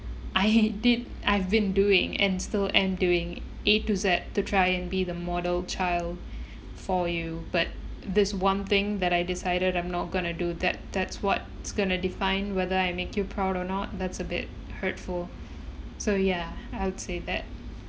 I did I've been doing and still am doing A to Z to try and be the model child for you but there's one thing that I decided I'm not gonna do that that's what's going to define whether I make you proud or not that's a bit hurtful so ya I would say that